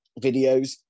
videos